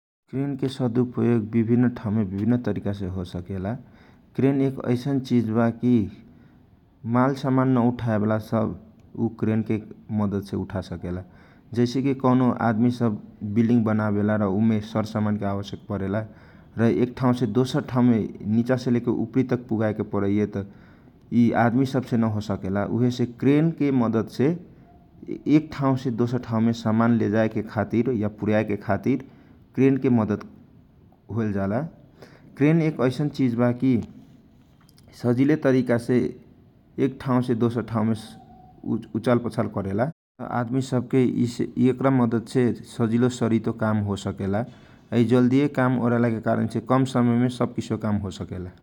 क्रेन प्रयोग विभिनन ठाउँ में विभिन तरिका छे प्रयोग होबेला। क्रेन एक औसन चिज बाकी मालसामान उठा य के लागी जैसे की कौनो आदमी विलडिङ बनावेला स -समान सब एक ठाउँ से दूसरा ठाउँ मे पुर्ययला प्रयोग होवेला निचा से उपर विल्डिङग तक पूर्याय ला क्रेन के प्रयोग कयल जाला जौनआदमी सबसे नहोसकेला उहेसे क्रेन के मदत से सर समान सजिलो तरिका छे काम हो वेला ।